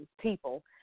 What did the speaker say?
people